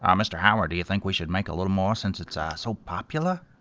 um mr. howard do you think we should make a little more since it's ah so popular?